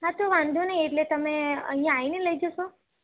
હા તો વાંધો નહીં એટલે તમે અહીંયા આવીને લઇ જશો